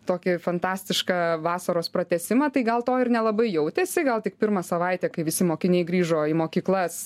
tokį fantastišką vasaros pratęsimą tai gal to ir nelabai jautėsi gal tik pirmą savaitę kai visi mokiniai grįžo į mokyklas